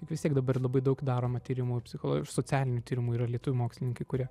juk vis tiek dabar labai daug daroma tyrimų ir psicholo ir socialinių tyrimų yra lietuvių mokslininkai kurie